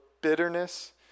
bitterness